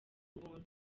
buntu